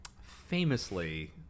Famously